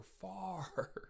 far